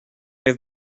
have